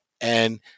And-